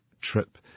trip